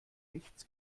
nichts